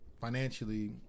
financially